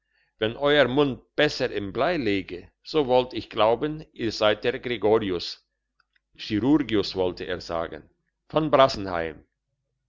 wenn euer mund besser im blei läge so wollt ich glauben ihr seid der gregorius chirurgus wollte er sagen von brassenheim